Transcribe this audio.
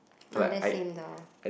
oh that's same door